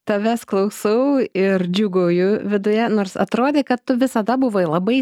tavęs klausau ir džiūgauju viduje nors atrodė kad tu visada buvai labai